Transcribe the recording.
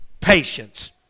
patience